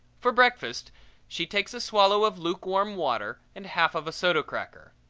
for breakfast she takes a swallow of lukewarm water and half of a soda cracker.